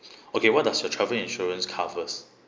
okay what does a travel insurance covers